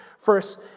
First